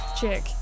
chick